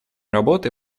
работы